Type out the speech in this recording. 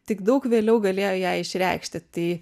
tik daug vėliau galėjo ją išreikšti tai